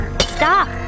stop